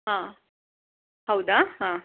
ಹಾಂ ಹೌದಾ ಹಾಂ